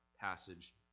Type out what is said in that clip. passage